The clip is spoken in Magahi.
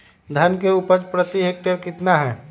धान की उपज प्रति हेक्टेयर कितना है?